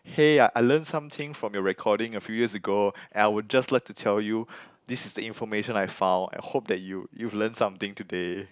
hey I learnt something from your recording a few years ago and I would just like to tell you this is the information I found and hope that you you've learnt something today